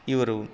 ಇವರು